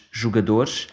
jogadores